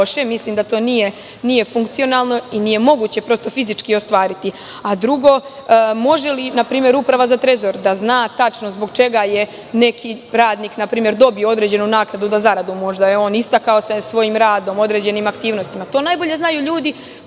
Mislim da to nije funkcionalno i nije moguće fizički ostvariti. Drugo, može li Uprava za Trezor da zna tačno zbog čega je neki radnik dobio određenu naknadu na zaradu. Možda se istakao svojim radom na određenim aktivnostima. To najbolje znaju ljudi